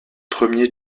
premier